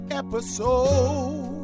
episode